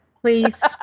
please